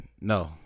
no